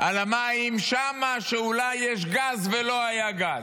על המים שם, שאולי יש גז, ולא היה גז.